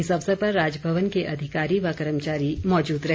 इस अवसर पर राजभवन के अधिकारी व कर्मचारी मौजूद रहे